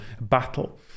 battle